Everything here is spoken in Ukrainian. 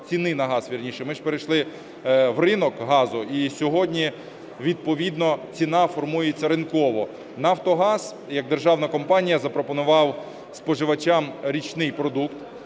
ціни на газ вірніше. Ми ж перейшли в ринок газу. І сьогодні відповідно ціна формується ринково. "Нафтогаз" як державна компанія запропонував споживачам річний продукт